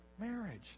marriage